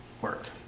work